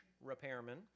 repairman